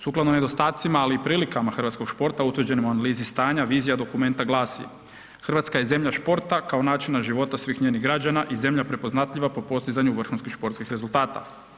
Sukladno nedostacima, ali i prilikama hrvatskog športa utvrđenim u analizi stanja vizija dokumenta glasi: Hrvatska je zemlja športa kao načina života svih njenih građana i zemlja prepoznatljiva po postizanju vrhunskih športskih rezultata.